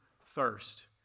thirst